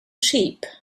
sheep